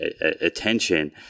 attention